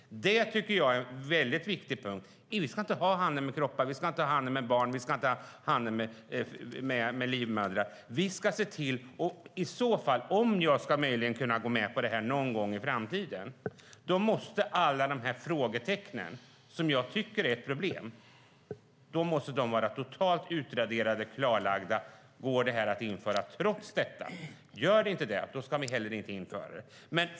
Det är en väldigt viktig punkt. Vi ska inte ha handel med kroppar. Vi ska inte ha handel med barn. Vi ska inte ha handel med livmödrar. Om jag möjligen ska kunna gå med på detta någon gång i framtiden måste alla frågetecknen som jag tycker är ett problem vara totalt utraderade och klarlagda. Går detta att införa trots detta? Gör det inte det ska vi inte heller införa det.